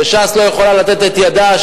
שש"ס לא יכולה לתת את ידה,